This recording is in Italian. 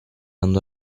andò